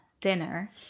dinner